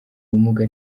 ubumuga